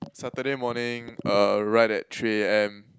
Saturday morning uh right at three A_M